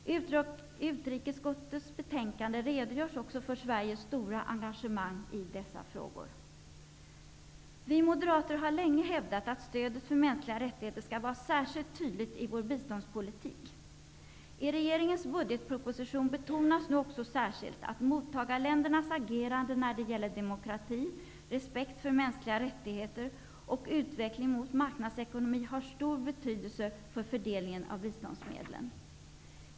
I utrikesutskottets betänkande redogörs också för Sveriges stora engagemang i dessa frågor. Vi moderater har länge hävdat att stödet för mänskliga rättigheter skall vara särskilt tydligt i vår biståndspolitik. I regeringens budgetproposition betonas nu också särskilt att mottagarländernas agerande när det gäller demokrati, respekt för mänskliga rättigheter och utveckling mot marknadsekonomi har stor betydelse för fördelningen av biståndsmedlen.